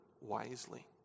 wisely